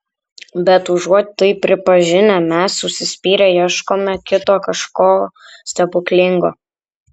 bet užuot tai pripažinę mes užsispyrę ieškome kito kažko stebuklingo